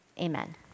amen